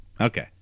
Okay